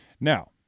Now